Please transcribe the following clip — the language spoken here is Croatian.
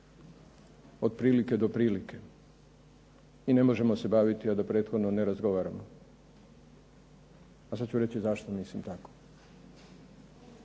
od prilike do prilike i ne možemo se baviti, a da prethodno ne razgovaramo. A sad ću vam reći zašto mislim tako.